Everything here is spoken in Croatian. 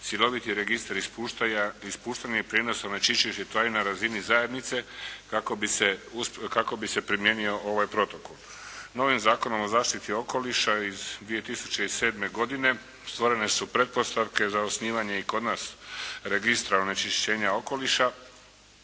cjeloviti registar ispuštanja i prijenosa onečišćujućih tvari na razini zajednice kako bi se primijenio ovaj protokol. Novim Zakonom o zaštiti okoliša iz 2007. godine stvorene su pretpostavke za osnivanje i kod nas registra onečišćenja okoliša